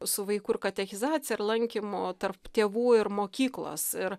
su vaikų ir katechizacija ir lankymu tarp tėvų ir mokyklos ir